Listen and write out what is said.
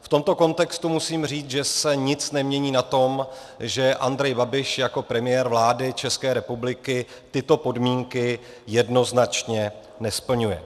V tomto kontextu musím říct, že se nic nemění na tom, že Andrej Babiš jako premiér vlády České republiky tyto podmínky jednoznačně nesplňuje.